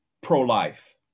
pro-life